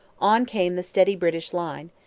on came the steady british line,